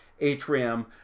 atrium